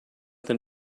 than